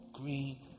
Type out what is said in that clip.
green